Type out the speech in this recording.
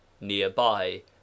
nearby